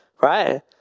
right